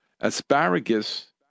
Asparagus